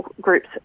groups